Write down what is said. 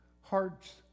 hearts